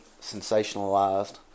sensationalized